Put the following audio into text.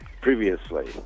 previously